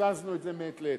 הזזנו את זה מעת לעת,